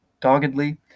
doggedly